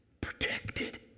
protected